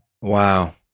Wow